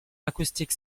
acoustic